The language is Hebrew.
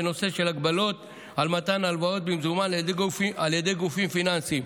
בנושא של הגבלות על מתן הלוואות במזומן על ידי גופים פיננסיים.